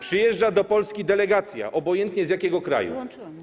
Przyjeżdża do Polski delegacja, obojętnie z jakiego kraju.